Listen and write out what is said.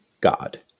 God